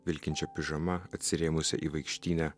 vilkinčia pižama atsirėmusia į vaikštynę